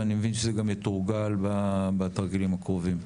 ואני מבין שזה גם יתורגל בתרגילים הקרובים.